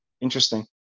Interesting